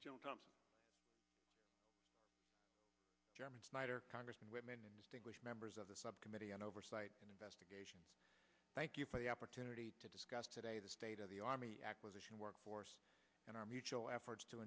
thompson german snyder congressman women and distinguished members of the subcommittee on oversight and investigations thank you for the opportunity to discuss today the state of the army acquisition workforce and our mutual efforts to